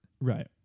Right